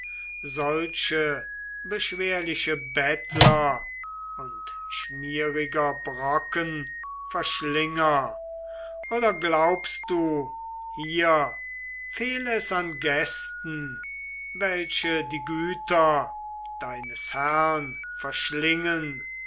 solche beschwerliche bettler und schmieriger brocken verschlinger oder glaubst du hier fehl es an gästen welche die güter deines herrn verschlingen